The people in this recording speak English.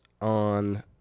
on